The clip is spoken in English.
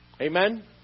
Amen